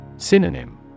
Synonym